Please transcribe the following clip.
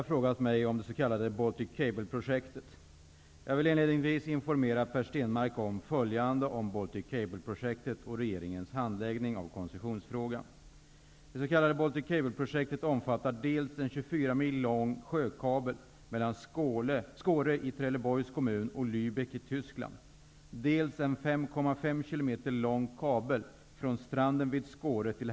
Fru talman! Per Stenmarck har frågat mig om det s.k. Baltic Cable-projektet.